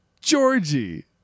Georgie